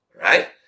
right